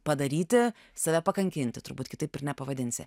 padaryti save pakankinti turbūt kitaip ir nepavadinsi